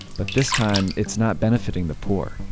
but this time it's not benefitting the poor.